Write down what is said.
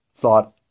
thought